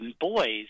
boys